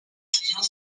clients